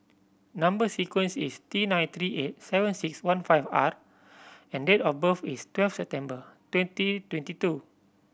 number sequence is T nine three eight seven six one five R and date of birth is twelve September twenty twenty two